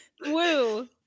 Woo